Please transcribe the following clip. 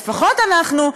לפחות אנחנו,